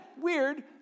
weird